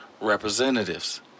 representatives